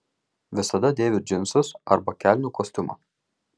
visada dėviu džinsus arba kelnių kostiumą